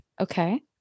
Okay